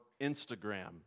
Instagram